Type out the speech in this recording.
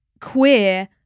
queer